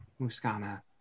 Muscana